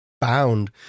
bound